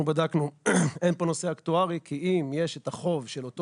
בדקנו אין פה נושא אקטוארי כי אם יש את החוב של אותו